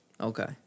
Okay